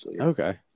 Okay